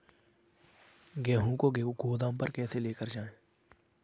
गेहूँ को गोदाम पर कैसे लेकर जाएँ?